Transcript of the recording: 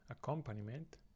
accompaniment